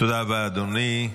תודה רבה, אדוני.